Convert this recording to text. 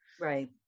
Right